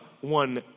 one